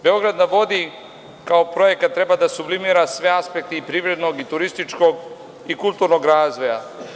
Beograd na vodi“ kao projekat treba da sublimira sve aspekte i privrednog i turističkog i kulturnog razvoja.